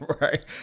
right